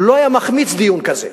לא היה מחמיץ דיון כזה.